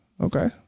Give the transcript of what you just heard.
Okay